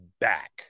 back